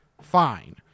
fine